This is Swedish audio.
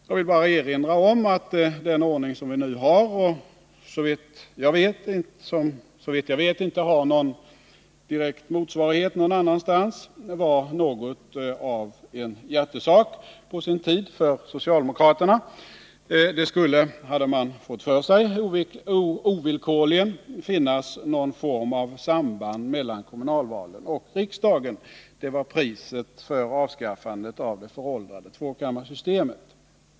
Jag vill bara erinra om att den ordning som vi nu har — och som såvitt jag vet inte har någon motsvarighet någon annanstans — var något av en hjärtesak på sin tid för socialdemokraterna. Det skulle — hade man fått för sig — ovillkorligen finnas någon form av samband mellan kommunalvalen och riksdagen. Det var priset för avskaffandet av det föråldrade tvåkammarsystemet.